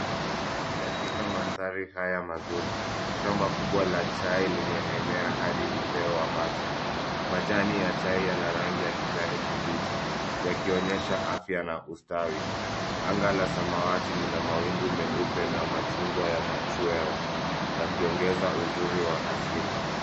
Katika mandhari haya mazuri, shamba kubwa la chai limeenea hadi upeo wa macho. Majani ya chai yana rangi ya kijani kibichi yakionyesha afya na ustawi. Anga la samawati lina mawingu meupe na machungwa ya machweo yakiongeza uzuri wa asili.